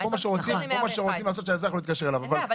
פה מה שרוצים לעשות, זה שהאזרח מתקשר אליו.